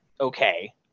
okay